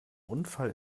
unfall